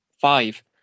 five